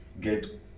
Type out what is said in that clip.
get